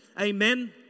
Amen